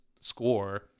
score